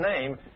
name